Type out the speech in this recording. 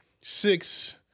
six